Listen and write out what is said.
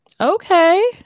Okay